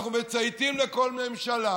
אנחנו מצייתים לכל ממשלה,